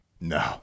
No